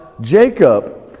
Jacob